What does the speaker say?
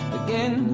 again